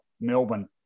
Melbourne